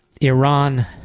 Iran